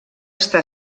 està